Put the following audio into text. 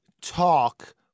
talk